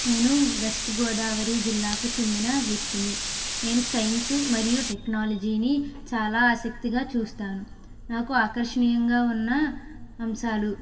నేను వెస్ట్ గోదావరి జిల్లాకు చెందిన వ్యక్తిని నేను సైన్సు మరియు టెక్నాలజీని చాలా ఆసక్తిగా చూస్తాను నాకు ఆకర్షణీయంగా ఉన్న అంశాలు